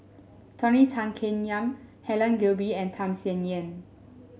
Tony Tan Keng Yam Helen Gilbey and Tham Sien Yen